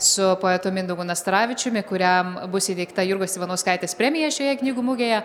su poetu mindaugu nastaravičiumi kuriam bus įteikta jurgos ivanauskaitės premija šioje knygų mugėje